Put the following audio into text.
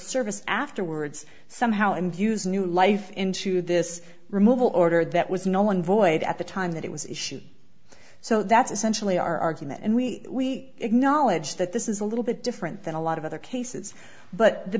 service afterwards somehow infuse new life into this removal order that was no one void at the time that it was issued so that's essentially our argument and we acknowledge that this is a little bit different than a lot of other cases but the